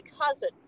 cousin